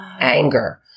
anger